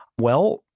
well,